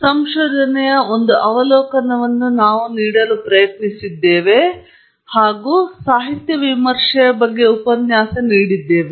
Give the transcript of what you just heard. ನಾವು ಸಂಶೋಧನೆಯ ಒಂದು ಅವಲೋಕನವನ್ನು ನೀಡಲು ಪ್ರಯತ್ನಿಸಿದ್ದೇವೆ ಮತ್ತು ಸಹಜವಾಗಿ ನಾವು ಸಾಹಿತ್ಯ ವಿಮರ್ಶೆಯ ಬಗ್ಗೆ ಉಪನ್ಯಾಸ ನೀಡಿದ್ದೇವೆ